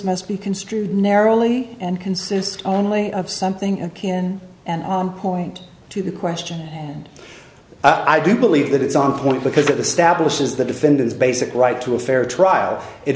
must be construed narrowly and consist only of something akin and point to the question and i do believe that it's on point because of the stablish is the defendant's basic right to a fair trial it